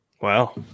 Wow